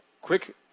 quick